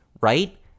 right